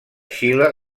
xile